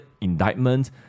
indictment